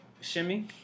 shimmy